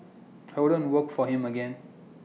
I wouldn't work for him again